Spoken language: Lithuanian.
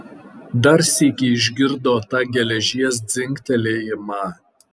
dar sykį išgirdo tą geležies dzingtelėjimą